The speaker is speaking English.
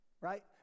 right